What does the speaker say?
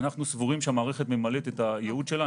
אנחנו סבורים שהמערכת ממלאת את הייעוד שלה.